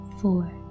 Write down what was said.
four